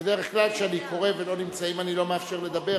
בדרך כלל כשאני קורא ולא נמצאים אני לא מאפשר לדבר,